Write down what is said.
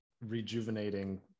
rejuvenating